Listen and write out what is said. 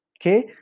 okay